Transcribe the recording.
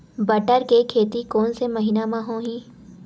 बटर के खेती कोन से महिना म होही?